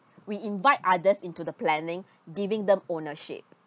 we invite others into the planning giving them ownership